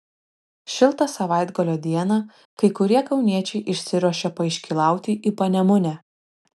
šiltą savaitgalio dieną kai kurie kauniečiai išsiruošė paiškylauti į panemunę